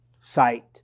Sight